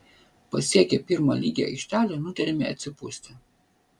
pasiekę pirmą lygią aikštelę nutarėme atsipūsti